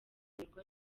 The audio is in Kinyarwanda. nterwa